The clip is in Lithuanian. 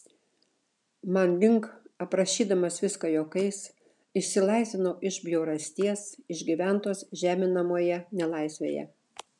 manding aprašydamas viską juokais išsilaisvinau iš bjaurasties išgyventos žeminamoje nelaisvėje